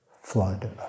flood